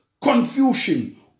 confusion